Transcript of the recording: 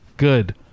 good